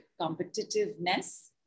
competitiveness